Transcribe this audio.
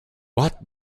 what